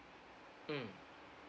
mm